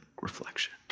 reflection